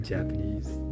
Japanese